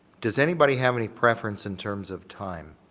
does anybody have any preference in terms of time?